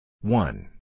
One